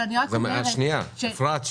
אבל אני רק אומרת ש --- אפרת,